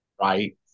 right